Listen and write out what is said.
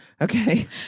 Okay